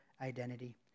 Identity